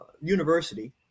university